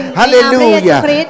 hallelujah